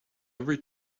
every